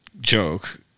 joke